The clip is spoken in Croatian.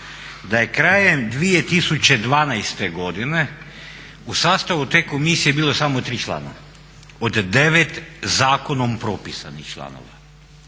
da je krajem 2012. godine u sastavu te komisije bilo samo 3 člana od 9 zakonom propisanih članova.